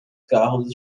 carros